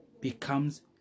Becomes